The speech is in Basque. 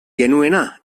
genuena